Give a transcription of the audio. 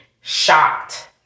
shocked